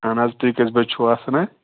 اہن حظ تُہۍ کٔژِ بجہِ چھُو آسانہ